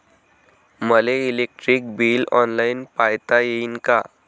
मले electric bill online पायता येईन का?